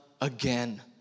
again